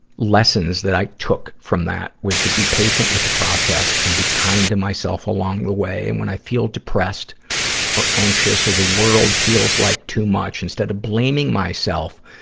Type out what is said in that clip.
lessons that i took from that was to be patient with the process and be kind to myself along the way. and when i feel depressed or anxious or the world feels like too much, instead of blaming myself,